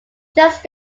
just